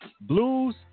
Blues